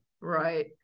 Right